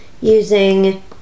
using